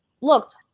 looked